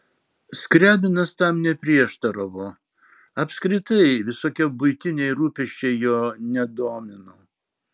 skriabinas tam neprieštaravo apskritai visokie buitiniai rūpesčiai jo nedomino